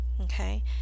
Okay